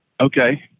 Okay